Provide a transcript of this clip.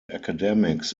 academics